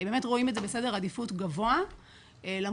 רואים את זה בסדר עדיפות גבוה ולמרות